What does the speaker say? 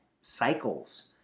cycles